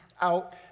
out